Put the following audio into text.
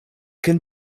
can